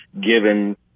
given